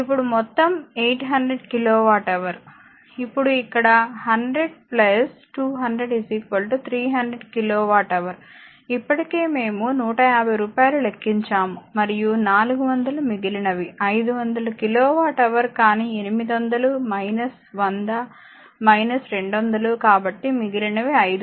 ఇప్పుడు మొత్తం 800 kilowatt hour ఇప్పుడు ఇక్కడ 100 200 300 కిలో వాట్ హవర్ ఇప్పటికే మేము 150 రూపాయలు లెక్కించాము మరియు 400 మిగిలినవి 500 కిలో వాట్ హవర్ కానీ 800 100 200 కాబట్టి మిగిలిన 500